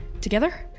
Together